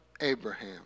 Abraham